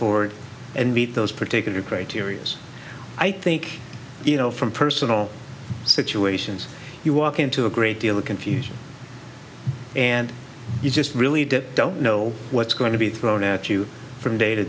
forward and meet those particular criteria's i think you know from personal situations you walk into a great deal of confusion and you just really did don't know what's going to be thrown at you from day to